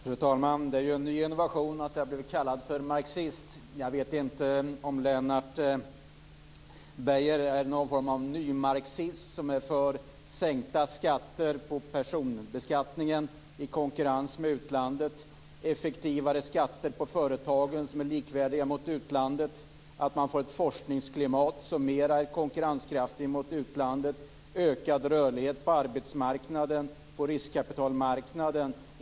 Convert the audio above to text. Fru talman! Det är en ny innovation att jag har blivit kallad för marxist. Jag vet inte om Lennart Beijer är någon form av nymarxist som är för sänkta personskatter i konkurrens med utlandet, effektivare skatter på företagen som är likvärdiga med utlandet, att man får ett konkurrenskraftigt forskningsklimat mot utlandet, med hjälp av kunskapsutbytet ökad rörlighet på arbetsmarknaden och riskkapitalmarknaden.